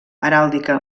heràldica